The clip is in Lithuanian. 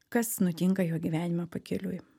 kas nutinka jo gyvenime pakeliui